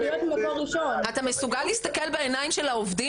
אתה מסוגל להסתכל בעיניים של העובדים